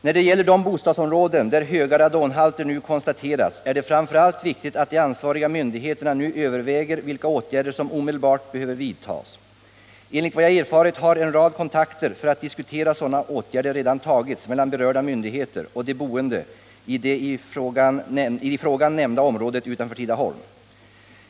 För de bostadsområden där höga radonhalter nu konstaterats är det framför allt viktigt att de ansvariga myndigheterna nu överväger vilka åtgärder som omedelbart behöver vidtas. Enligt vad jag erfarit har en rad kontakter för att diskutera sådana åtgärder redan tagits mellan berörda myndigheter och de boende i det i frågan nämnda området utanför Tidaholm.